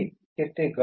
તે તો ઘર છે